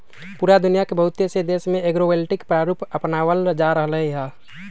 पूरा दुनिया के बहुत से देश में एग्रिवोल्टिक प्रारूप अपनावल जा रहले है